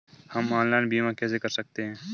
हम ऑनलाइन बीमा कैसे कर सकते हैं?